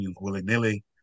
willy-nilly